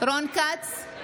רון כץ,